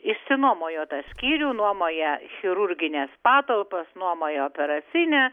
išsinuomojo tą skyrių nuomoja chirurgines patalpas nuomoja operacinę